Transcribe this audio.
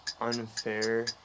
Unfair